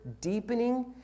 deepening